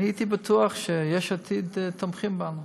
אני הייתי בטוח שיש עתיד תומכים בנו.